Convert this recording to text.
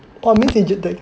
or means if they